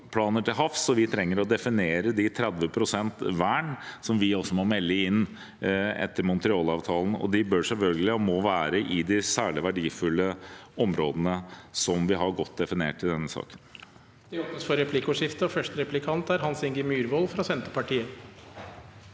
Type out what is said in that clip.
arealplaner til havs. Vi trenger å definere 30 pst. vern, som vi også må melde inn etter Kunming–Montreal-avtalen. De bør selvfølgelig – og må – være i de særlig verdifulle områdene, som vi har godt definert i denne saken.